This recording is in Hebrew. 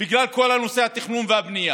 בגלל כל נושא התכנון והבנייה.